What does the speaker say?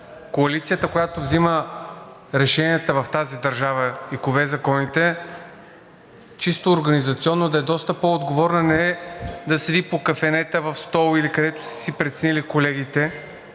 коалицията, която взима решенията в тази държава и кове законите, чисто организационно да е доста по-отговорна – не да седи по кафенета, в стола или където са си преценили колегите,